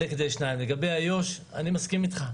לגבי איו"ש אני מסכים איתך.